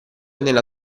nella